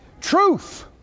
Truth